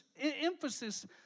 emphasis